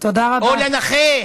או לנכה